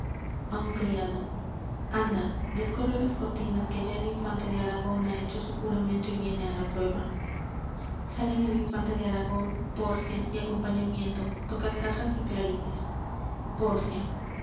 a un criado anda descorre las cortinas que ya el infante de aragon ha hecho su juramento y viene á la prueba salen el infante de aragon pórcia y acompañamiento tocan cajas y clarines pórcia